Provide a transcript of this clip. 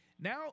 now